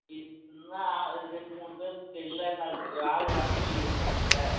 இ இல்லைனா அது ரெண்டு மூணு பேருக்கு கிட்ட இல்லைனா நாளைக்கு ஆள் வர சொல்லியிருக்கேங்க சார்